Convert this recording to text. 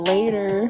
Later